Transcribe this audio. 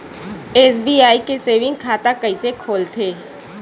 SBI के saving खाता कइसे खोलथे?